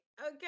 Okay